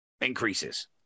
increases